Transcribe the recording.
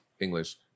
English